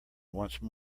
once